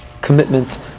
commitment